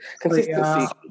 consistency